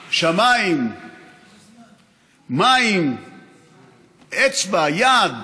שמיים, מים, אצבע, יד,